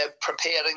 preparing